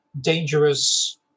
dangerous